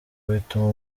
bituma